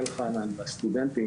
אלחנן והסטודנטים.